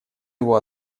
его